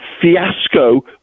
fiasco